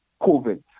COVID